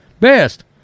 Best